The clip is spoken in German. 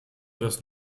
das